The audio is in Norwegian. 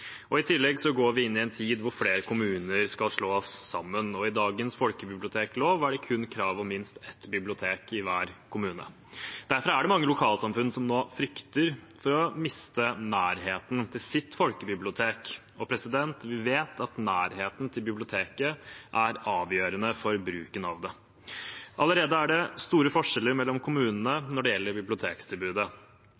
og i tillegg går vi inn i en tid hvor flere kommuner skal slås sammen. I dagens folkebiblioteklov er det kun krav om minst ett bibliotek i hver kommune. Derfor er det mange lokalsamfunn som nå frykter for å miste nærheten til sitt folkebibliotek, og vi vet at nærheten til biblioteket er avgjørende for bruken av det. Det er allerede store forskjeller mellom kommunene